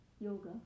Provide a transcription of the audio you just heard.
yoga